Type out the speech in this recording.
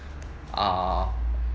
err